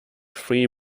free